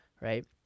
right